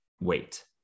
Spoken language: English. wait